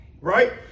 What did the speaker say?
Right